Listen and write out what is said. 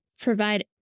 provide